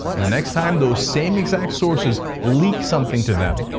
and the next time those same exact sources leak something to them.